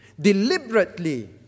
deliberately